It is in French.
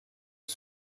que